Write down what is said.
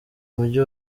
mujyi